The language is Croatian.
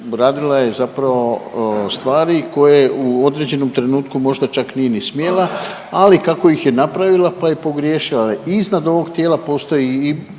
radila je zapravo stvari koje u određenom trenutku možda čak nije ni smjela, ali kao ih je napravila pa je pogriješila. Iznad ovog tijela postoji i